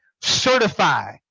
certify